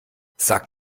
sag